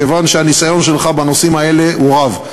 כיוון שהניסיון שלך בנושאים האלה הוא רב.